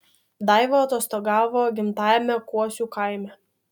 daiva atostogavo gimtajame kuosių kaime